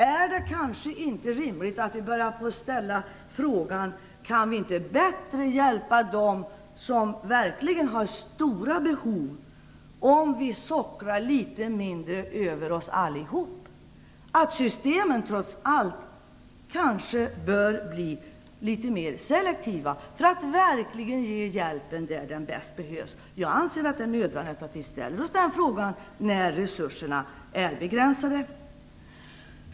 Är det inte rimligt att vi börjar ställa frågan: Kan vi inte bättre hjälpa dem som verkligen har stora behov, om vi sockrar litet mindre över oss andra? Systemen bör kanske trots allt bli litet mer selektiva, så att hjälpen kan ges där den bäst behövs. Jag anser att det är nödvändigt att vi ställer oss den frågan när resurserna är begränsade.